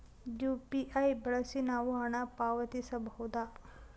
UPI ಬಳಸಿ ನಾವು ಹಣ ಪಾವತಿಸಬಹುದಾ?